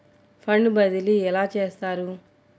Fund బదిలీ ఎలా చేస్తారు?